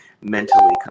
mentally